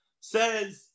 says